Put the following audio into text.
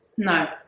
No